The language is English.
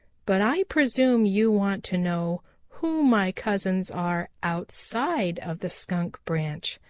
but i presume you want to know who my cousins are outside of the skunk branch.